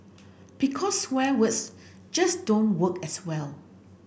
because swear words just don't work as well